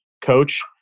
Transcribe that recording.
Coach